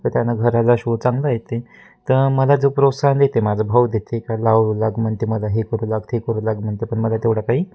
तर त्यांनं घराला शो चांगला येते तर मला जो प्रोत्साहन देते माझा भाऊ देते का लावू लाग म्हणते मला हे करू लाग ते करू लाग म्हणते पण मला तेवढं काही